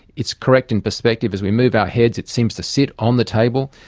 it's correct in perspective as we move our heads, it seems to sit on the table.